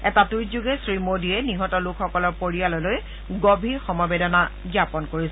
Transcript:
এটা টুইটযোগে শ্ৰীমোডীয়ে নিহত লোকসকলৰ পৰিয়াললৈ গভীৰ সমবেদনা জ্ঞাপন কৰিছে